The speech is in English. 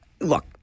look